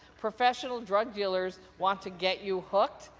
professional drug dealers want to get you hooked,